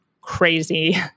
crazy